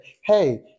hey